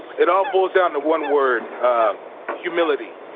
it all boils down to one word humility,